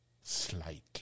slightly